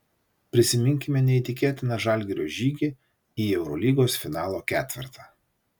prisiminkime neįtikėtiną žalgirio žygį į eurolygos finalo ketvertą